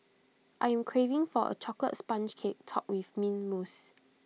I am craving for A Chocolate Sponge Cake Topped with Mint Mousse